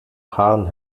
haaren